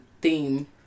theme